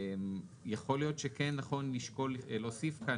יכול להיות שכן נכון לשקול להוסיף כאן,